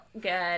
good